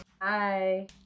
Hi